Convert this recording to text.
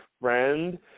friend